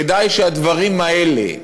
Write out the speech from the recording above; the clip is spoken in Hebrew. כדאי שהדברים האלה,